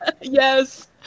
Yes